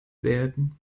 werden